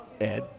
Ed